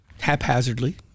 haphazardly